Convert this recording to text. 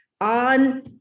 on